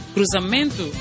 Cruzamento